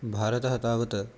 भारतं तावत्